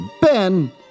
Ben